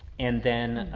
and then,